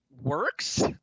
works